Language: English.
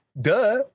duh